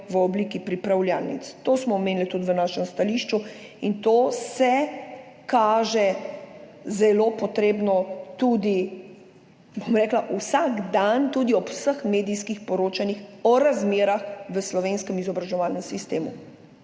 v obliki pripravljalnic. To smo omenili tudi v našem stališču in to se kaže kot zelo potrebno tudi, bom rekla, vsak dan, tudi ob vseh medijskih poročanjih o razmerah v slovenskem izobraževalnem sistemu.